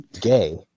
Gay